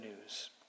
news